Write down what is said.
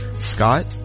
scott